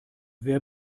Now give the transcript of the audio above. wer